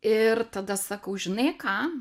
ir tada sakau žinai ką